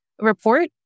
report